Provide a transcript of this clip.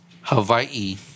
Hawaii